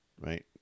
right